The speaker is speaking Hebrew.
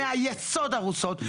מהיסוד הן הרוסות,